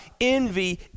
envy